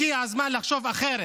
הגיע הזמן לחשוב אחרת.